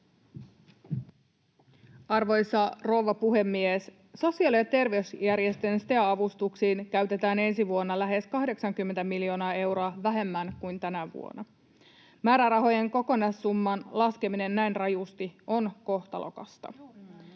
Arvoisa rouva puhemies! Sosiaali- ja terveysjärjestöjen STEA-avustuksiin käytetään ensi vuonna lähes 80 miljoonaa euroa vähemmän kuin tänä vuonna. Määrärahojen kokonaissumman laskeminen näin rajusti on kohtalokasta.